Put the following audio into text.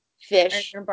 fish